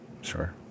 Sure